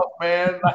man